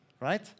Right